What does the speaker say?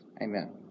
Amen